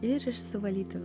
ir išsivalyti